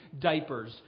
diapers